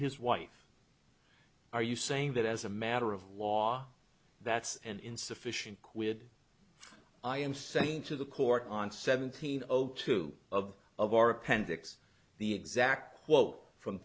his wife are you saying that as a matter of law that's an insufficient quid i am saying to the court on seventeen o two of of our appendix the exact quote from